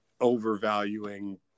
overvaluing